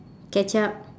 ketchup